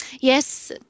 Yes